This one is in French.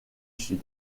sud